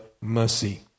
mercy